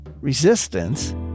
resistance